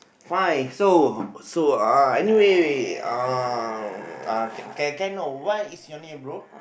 fine so so uh anyway uh uh can can I what is your name bro